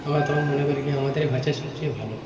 আমরা তখন মনে করি কি আমাদের ভাষা সবচেয়ে ভালো